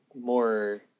more